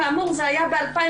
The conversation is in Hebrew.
כאמור זה היה ב-2016.